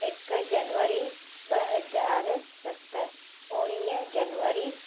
हिकु जनवरी ॿ हज़ार सत उणिवीह जनवरी